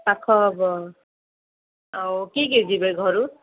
ପାଖ ହବ ଆଉ କିଏ କିଏ ଯିବେ ଘରୁ